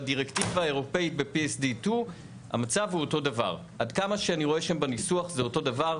בדירקטיבה האירופאית ב-PSD2 עד כמה אני רואה שבניסוח זה אותו דבר,